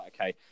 okay